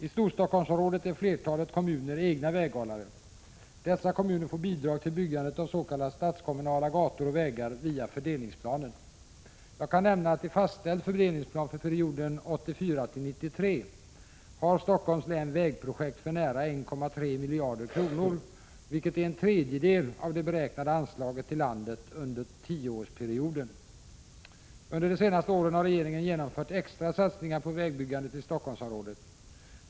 I Storstockholmsområdet är flertalet kommuner egna väghållare. Dessa kommuner får bidrag till byggandet av s.k. statskommunala gator och vägar via fördelningsplanen. Jag kan nämnaatt i fastställd fördelningsplan för perioden 1984-1993 har Stockholms län vägprojekt för nära 1,3 miljarder kronor, vilket är en tredjedel av det beräknade anslaget till hela landet under tioårsperioden. Under de senaste åren har regeringen genomfört extra satsningar på vägbyggandet i Stockholmsområdet.